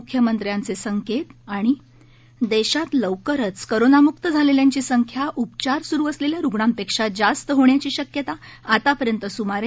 मुख्यमंत्र्यांचे संकेत देशात लवकरच कोरोनामुक्त झालेल्यांची संख्या उपचार सुरू असलेल्या रुग्णांपेक्षा जास्त होण्याची शक्यता सध्या सुमारे